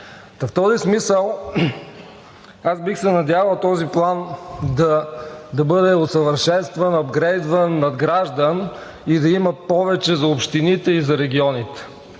В този смисъл аз бих се надявал този план да бъде усъвършенстван, ъпгрейдван, надграждан и да има повече за общините и за регионите.